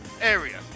Area